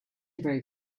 very